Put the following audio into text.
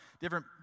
different